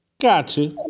Gotcha